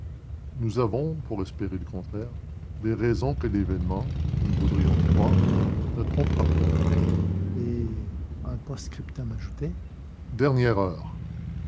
nous avons pour espérer le contraire des raisons que l'événement nous voudrions le croire ne trompera point et un post-scriptum ajoutait dernière heure